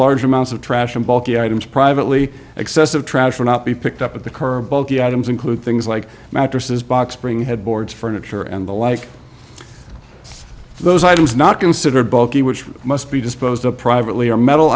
large amounts of trash and bulky items privately excessive trash for not be picked up at the curb bulky items include things like mattresses box spring had boards furniture and the like those items not considered bulky which must be disposed of privately or metal